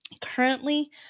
Currently